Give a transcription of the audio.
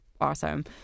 awesome